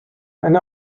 eine